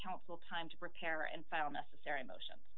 counsel time to prepare and file necessary motions